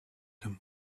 him